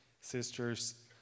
sisters